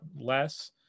less